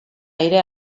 aire